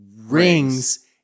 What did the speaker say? rings